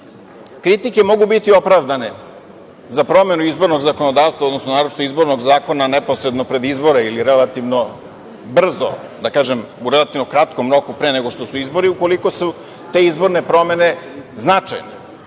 kritike mogu biti opravdane za promenu izbornog zakonodavstva, odnosno naročito izbornog zakona neposredno pred izbore ili relativno brzo, da kažem, u relativno kratkom roku pre nego što su izbori, ukoliko su te izborne promene značajne. Recimo